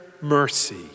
mercy